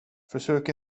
försök